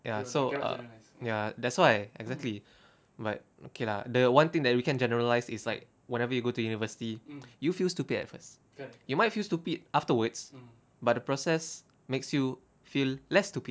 ya so err ya that's why exactly but okay lah the one thing that we can generalise is like whenever you go to university you feel stupid at first you might feel stupid afterwards but the process makes you feel less stupid